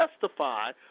testify